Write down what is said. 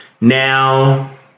Now